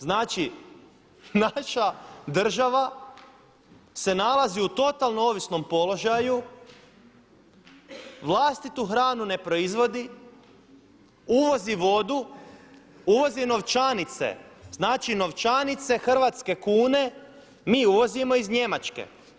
Znači naša država se nalazi u totalno ovisnom položaju, vlastitu hranu ne proizvodi, uvozi vodu, uvozi novčanice, znači novčanice hrvatske kune mi uvozimo iz Njemačke.